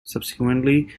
subsequently